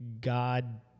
God